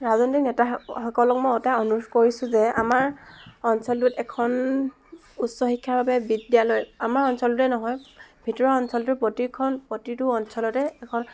ৰাজনৈতিক নেতা স সকলক মই এটা অনুৰোধ কৰিছোঁ যে আমাৰ অঞ্চলটোত একোখন উচ্চ শিক্ষাৰ বাবে বিদ্যালয় আমাৰ অঞ্চলতেই নহয় ভিতৰুৱা অঞ্চলটোৰ প্ৰতিখন প্ৰতিটো অঞ্চলতে এখন